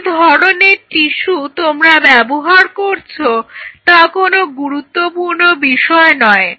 কি ধরনের টিস্যু তোমরা ব্যবহার করছ তা কোনো গুরুত্বপূর্ণ বিষয় নয়